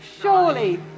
surely